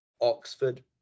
oxford